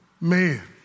man